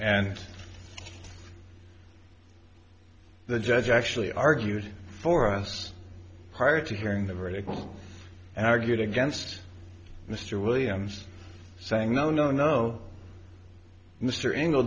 and the judge actually argued for us prior to hearing the vertical and argued against mr williams saying no no no mr ingle